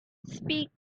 speak